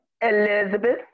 Elizabeth